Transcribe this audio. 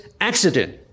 accident